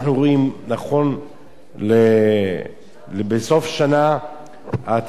בסוף שנה אתה רואה את המסיבות ואת ההוללות,